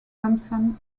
thompson